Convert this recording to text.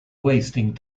wasting